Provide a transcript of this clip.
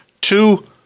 two